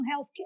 healthcare